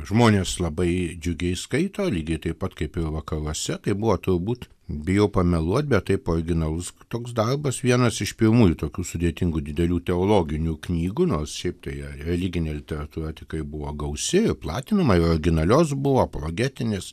žmonės labai džiugiai skaito lygiai taip pat kaip ir vakaruose tai buvo turbūt bijau pameluot bet taip originalus toks darbas vienas iš pirmųjų tokių sudėtingų didelių teologinių knygų nors šiaip tai religinė literatūra tikrai buvo gausi platinama ir originalios buvo apologetinės